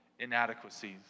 inadequacies